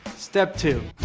step two